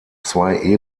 zwei